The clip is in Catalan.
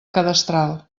cadastral